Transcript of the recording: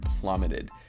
plummeted